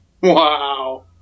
Wow